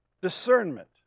Discernment